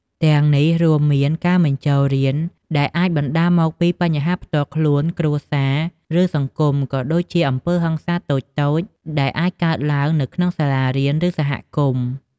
ទាំងនេះរួមមាន ការមិនចូលរៀន ដែលអាចបណ្តាលមកពីបញ្ហាផ្ទាល់ខ្លួន គ្រួសារ ឬសង្គម ក៏ដូចជា អំពើហិង្សាតូចៗ ដែលអាចកើតឡើងនៅក្នុងសាលារៀន ឬសហគមន៍។